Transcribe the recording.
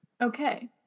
Okay